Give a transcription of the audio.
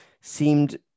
seemed